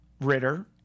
Ritter